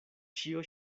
ĉio